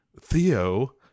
Theo